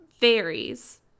varies